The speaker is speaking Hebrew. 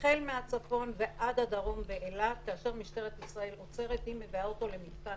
במקומות יותר גדולים יהיו משפחות ובמקומות קטנים